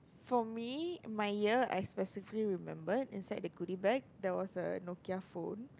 for me my year I specifically remembered inside the goodie bag there was a Nokia phone